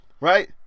Right